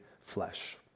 flesh